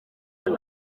izo